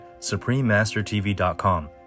suprememastertv.com